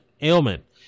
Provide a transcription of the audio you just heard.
ailment